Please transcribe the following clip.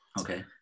Okay